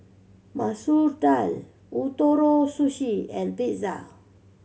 Masoor Dal Ootoro Sushi and Pizza